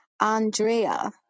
Andrea